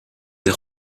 des